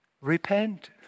Repent